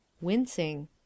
Wincing